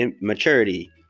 Maturity